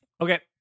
Okay